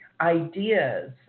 ideas